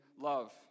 love